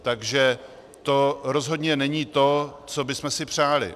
Takže to rozhodně není to, co bychom si přáli.